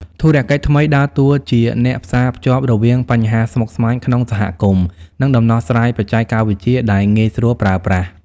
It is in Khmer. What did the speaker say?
ធុរកិច្ចថ្មីដើរតួជាអ្នកផ្សារភ្ជាប់រវាងបញ្ហាស្មុគស្មាញក្នុងសហគមន៍ និងដំណោះស្រាយបច្ចេកវិទ្យាដែលងាយស្រួលប្រើប្រាស់។